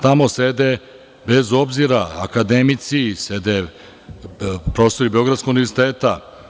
Tamo sede, bez obzira, akademici, sede profesori Beogradskog univerziteta.